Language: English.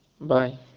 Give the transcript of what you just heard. bye